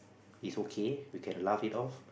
is okay we can laugh it off